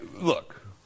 Look